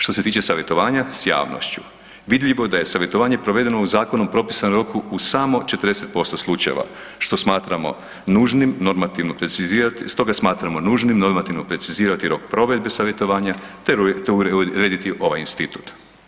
Što se tiče savjetovanja s javnošću vidljivo je da je savjetovanje provedeno u zakonom propisanom roku u samo 40% slučajeva, što smatramo nužnim normativno precizirat, stoga smatramo nužnim normativno precizirati rok provedbe savjetovanja, te urediti ovaj institut.